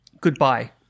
goodbye